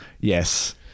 Yes